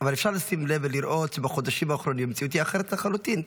אבל אפשר לשים לב ולראות שבחודשים האחרונים המציאות אחרת לחלוטין.